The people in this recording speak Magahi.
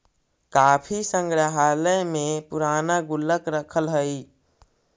काफी संग्रहालय में पूराना गुल्लक रखल हइ